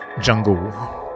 Jungle